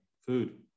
food